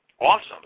Awesome